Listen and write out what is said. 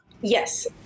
yes